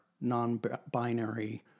non-binary